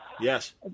yes